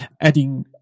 adding